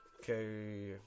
Okay